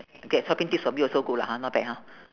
okay shopping tips from you also good lah ha not bad ha